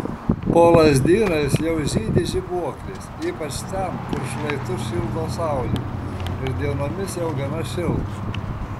po lazdynais jau žydi žibuoklės ypač ten kur šlaitus šildo saulė ir dienomis jau gana šilta